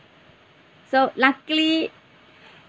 so luckily